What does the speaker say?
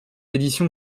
édition